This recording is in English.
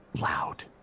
loud